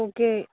okay